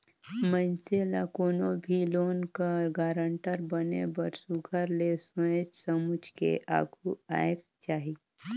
मइनसे ल कोनो भी लोन कर गारंटर बने बर सुग्घर ले सोंएच समुझ के आघु आएक चाही